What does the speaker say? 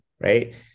right